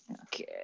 Okay